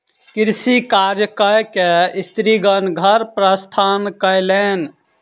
कृषि कार्य कय के स्त्रीगण घर प्रस्थान कयलैन